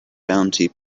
bounty